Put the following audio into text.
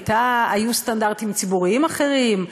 היו סטנדרטים ציבוריים אחרים.